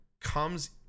comes